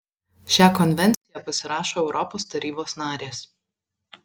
šią konvenciją pasirašo europos tarybos narės